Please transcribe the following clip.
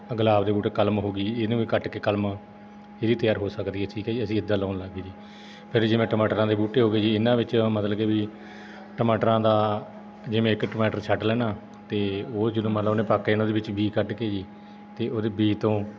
ਗੁਲਾਬ ਦੇ ਬੂਟੇ ਕਲਮ ਹੋ ਗਈ ਇਹਨੂੰ ਵੀ ਕੱਟ ਕੇ ਕਲਮ ਇਹਦੀ ਤਿਆਰ ਹੋ ਸਕਦੀ ਹੈ ਠੀਕ ਹੈ ਜੀ ਅਸੀਂ ਇੱਦਾਂ ਲਗਾਉਣ ਲੱਗ ਗਏ ਜੀ ਫਿਰ ਜਿਵੇਂ ਟਮਾਟਰਾਂ ਦੇ ਬੂਟੇ ਹੋ ਗਏ ਜੀ ਇਹਨਾਂ ਵਿੱਚ ਮਤਲਬ ਕਿ ਵੀ ਟਮਾਟਰਾਂ ਦਾ ਜਿਵੇਂ ਇੱਕ ਟਮਾਟਰ ਛੱਡ ਲੈਣਾ ਅਤੇ ਉਹ ਜਦੋਂ ਮਤਲਬ ਉਹਨੇ ਪੱਕ ਜਾਣਾ ਉਹਨਾਂ ਦੇ ਵਿੱਚ ਬੀਜ਼ ਕੱਢ ਕੇ ਜੀ ਅਤੇ ਉਹਦੇ ਬੀਜ਼ ਤੋਂ